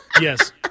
yes